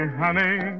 honey